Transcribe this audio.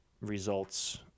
results